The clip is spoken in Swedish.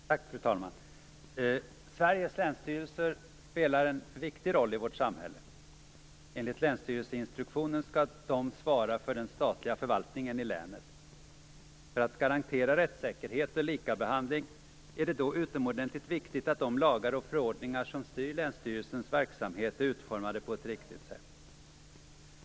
Fru talman! Sveriges länsstyrelser spelar en viktig roll i vårt samhälle. Enligt länsstyrelseinstruktionen skall de svara för den statliga förvaltningen i länet. För att garantera rättssäkerhet och likabehandling är det utomordentligt viktigt att de lagar och förordningar som styr länsstyrelsens verksamhet är utformade på ett riktigt sätt.